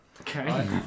Okay